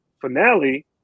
finale